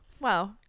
Wow